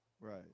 right